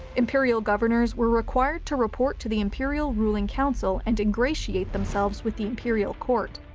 imperial governors were required to report to the imperial ruling council and ingratiate themselves with the imperial court,